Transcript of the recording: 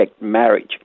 marriage